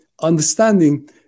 Understanding